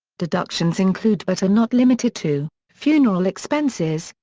deductions include but are not limited to funeral expenses,